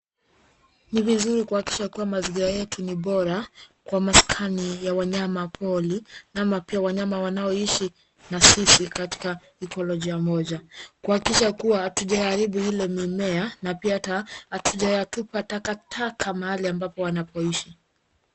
Ni vizuri kuhakikisha kuwa mazingira yetu ni bora kwa maskani ya wanyama pori ama pia wanyama wanaoishi na sisi katika ekologia moja kuhakikisha kuwa hatujaiharibu ile mimea na pia hata hatujayatupa taka taka mahali ambapo wanapoishi.